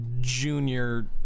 junior